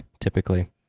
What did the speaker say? typically